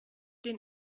den